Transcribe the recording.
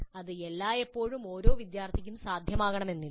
ഇത് എല്ലായ്പ്പോഴും ഓരോ വിദ്യാർത്ഥിക്കും സാധ്യമാകണമെന്നില്ല